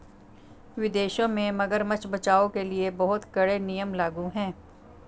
विदेशों में मगरमच्छ बचाओ के लिए बहुत कड़े नियम लागू हैं